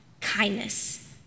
kindness